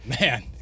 Man